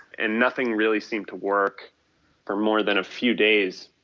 and nothing really seemed to work for more than a few days,